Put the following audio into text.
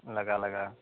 लगा लगा